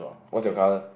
what's your color